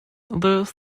this